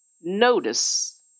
notice